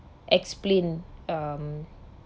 explain um